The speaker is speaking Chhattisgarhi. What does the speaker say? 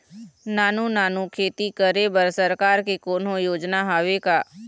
नानू नानू खेती करे बर सरकार के कोन्हो योजना हावे का?